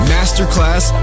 Masterclass